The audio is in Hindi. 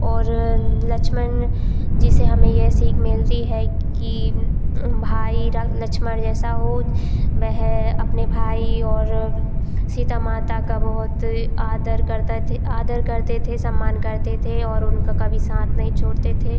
और लक्ष्मण जी से हमें यह सीख मिलती है कि भाई लक्ष्मण जैसा हो वह अपने भाई और सीता माता का बहुत आदर करते थे आदर करते थे सम्मान करते थे और उनका कभी साथ नहीं छोड़ते थे